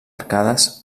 arcades